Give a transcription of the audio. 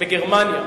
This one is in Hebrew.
בגרמניה.